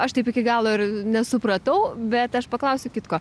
aš taip iki galo ir nesupratau bet aš paklausiu kitko